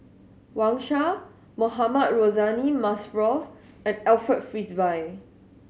Wang Sha Mohamed Rozani Maarof and Alfred Frisby